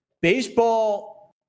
Baseball